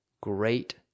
great